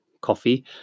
coffee